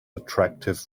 attractive